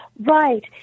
Right